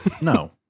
No